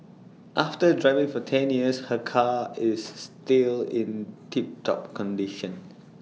after driving for ten years her car is still in tip top condition